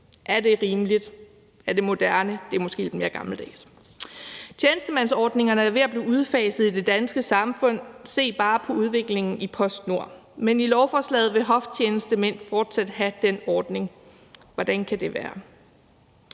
Er det rimeligt? Er det moderne? Det er måske lidt mere gammeldags. Tjenestemandsordningerne er ved at blive udfaset i det danske samfund. Se bare på udviklingen i PostNord. Men i lovforslaget vil hoftjenestemænd fortsat have den ordning. Hvordan kan det være?